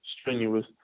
strenuous